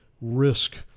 risk